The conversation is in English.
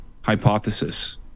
hypothesis